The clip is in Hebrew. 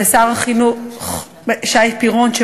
ולשר החינוך שי פירון,